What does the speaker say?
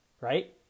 right